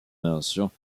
mentions